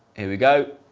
here we go.